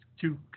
two